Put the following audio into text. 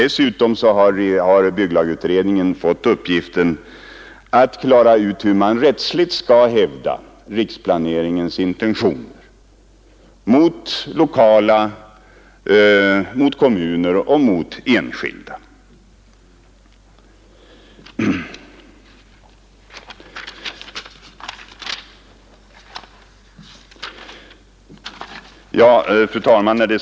Samtidigt har bygglagutredningen fått uppdraget att utreda hur man rättsligt skall hävda riksplaneringens intentioner gentemot kommuner och enskilda. Fru talman!